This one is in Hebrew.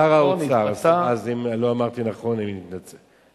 שר האוצר, אם לא אמרתי נכון, אני מתנצל.